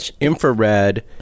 infrared